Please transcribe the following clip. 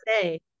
say